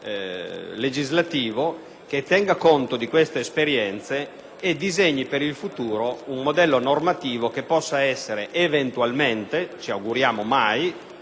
legislativo che tenga conto di queste esperienze e disegni per il futuro un modello normativo che possa essere eventualmente - ci auguriamo mai